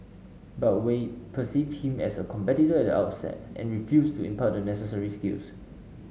but Wei perceived him as a competitor at the outset and refused to impart the necessary skills